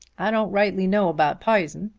i don't rightly know about p'ison.